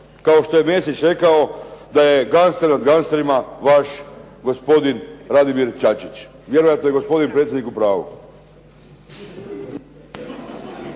Kao što je Mesić rekao da je gangster nad gangsterima vaš gospodin Radimir Čačić. Vjerojatno je gospodin predsjednik u pravu.